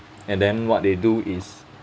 and then what they do is